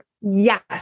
Yes